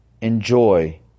enjoy